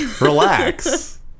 Relax